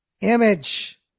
Image